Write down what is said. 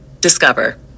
Discover